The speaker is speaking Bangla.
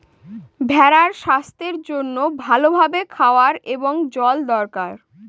ভেড়ার স্বাস্থ্যের জন্য ভালো ভাবে খাওয়ার এবং জল দরকার